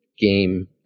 game